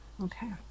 Okay